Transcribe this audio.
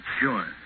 sure